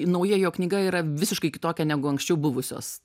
nauja jo knyga yra visiškai kitokia negu anksčiau buvusios